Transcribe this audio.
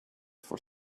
for